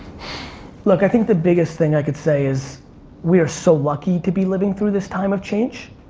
look, i think the biggest thing i could say is we are so lucky to be living through this time of change.